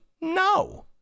no